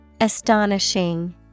Astonishing